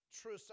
true